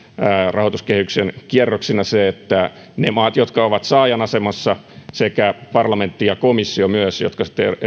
rahoituskehyksen kierroksina se että ne maat jotka ovat saajan asemassa sekä parlamentti ja komissio myös jotka sitten